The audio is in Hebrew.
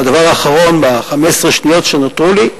והדבר האחרון, ב-15 שניות שנותרו לי,